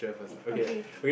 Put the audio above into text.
okay